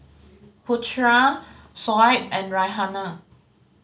Putera Shoaib and Raihana